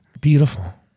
Beautiful